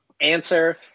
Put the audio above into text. answer